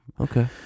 Okay